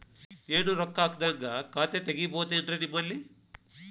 ಏನು ರೊಕ್ಕ ಹಾಕದ್ಹಂಗ ಖಾತೆ ತೆಗೇಬಹುದೇನ್ರಿ ನಿಮ್ಮಲ್ಲಿ?